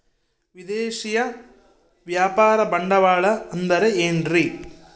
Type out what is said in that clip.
ವಿದೇಶಿಯ ವ್ಯಾಪಾರ ಬಂಡವಾಳ ಅಂದರೆ ಏನ್ರಿ?